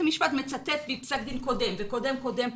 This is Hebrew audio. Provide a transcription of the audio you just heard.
המשפט מצטט מפסק דין קודם וקודם קודם.